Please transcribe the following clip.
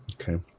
Okay